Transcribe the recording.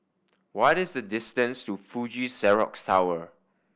what is the distance to Fuji Xerox Tower